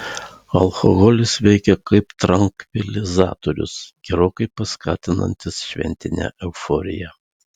alkoholis veikia kaip trankvilizatorius gerokai paskatinantis šventinę euforiją